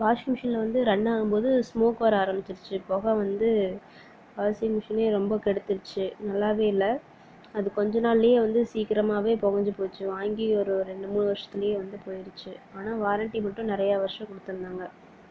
washing மிஷினில் வந்து run ஆகும் போது ஸ்மோக் வர ஆரமிச்சிருச்சு புகை வந்து வாஷிங் மிஷினே ரொம்ப கெடுத்துருச்சு நல்லாவே இல்லை அது கொஞ்ச நாளிலே வந்து சீக்கிரமாகவே புகைஞ்சு போச்சு வாங்கி ஒரு ரெண்டு மூணு வருஷதிலேயே வந்து போயிருச்சு ஆனால் வாரன்டி மட்டும் நிறையா வருஷம் கொடுத்துருந்தாங்க